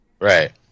Right